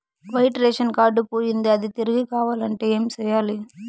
white ration card పోయింది అది తిరిగి కావాలంటే ఏం సేయాలి